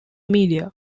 media